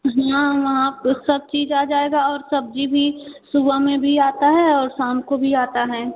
हाँ हाँ आप सब चीज आ जाएगा और सब्ज़ी भी सुबह में भी आती है और शाम को भी आती है